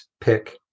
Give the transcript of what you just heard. pick